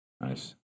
nice